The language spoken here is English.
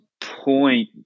point